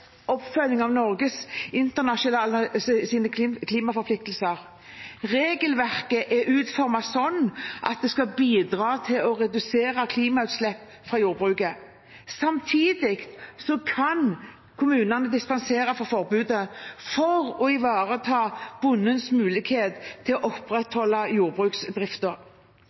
oppfølging av Norges internasjonale klimaforpliktelser. Regelverket er utformet slik at det skal bidra til å redusere klimagassutslippene fra jordbruket. Samtidig kan kommunene dispensere fra forbudet for å ivareta bondens mulighet til å opprettholde